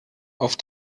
auf